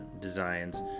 designs